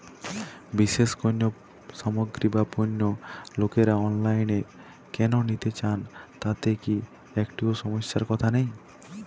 বিশেষ কোনো সামগ্রী বা পণ্য লোকেরা অনলাইনে কেন নিতে চান তাতে কি একটুও সমস্যার কথা নেই?